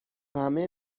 همه